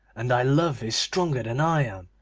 and thy love is stronger than i am.